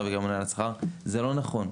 וגם כממונה על השכר היא שזה לא נכון.